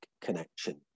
connection